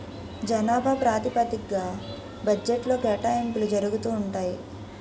జనాభా ప్రాతిపదిగ్గా బడ్జెట్లో కేటాయింపులు జరుగుతూ ఉంటాయి